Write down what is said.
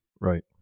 Right